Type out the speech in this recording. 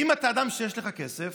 אם אתה אדם שיש לו כסף,